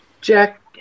jack